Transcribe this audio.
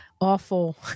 awful